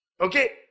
okay